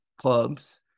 clubs